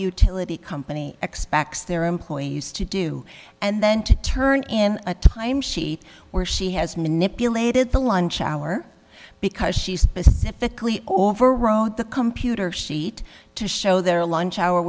utility company expects their employee used to do and then to turn in a time sheet where she has manipulated the lunch hour because she specifically overrode the computer sheet to show their lunch hour